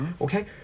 Okay